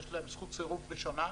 יש להם זכות סירוב ראשונה,